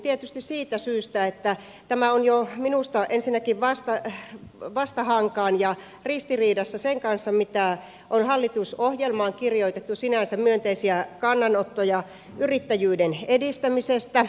tietysti siitä syystä että tämä on minusta ensinnäkin vastahankaan ja ristiriidassa sen kanssa mitä on hallitusohjelmaan kirjoitettu sinänsä myönteisiä kannanottoja yrittäjyyden edistämisestä